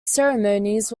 ceremonies